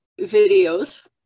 videos